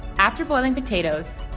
after boiling potatoes,